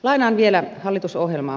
lainaan vielä hallitusohjelmaa